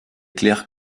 clercs